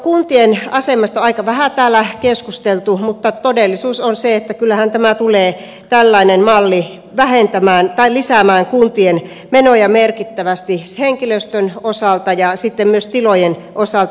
kuntien asemasta on aika vähän täällä keskusteltu mutta todellisuus on se että kyllähän tällainen malli tulee lisäämään kuntien menoja merkittävästi henkilöstön osalta ja myös tilojen osalta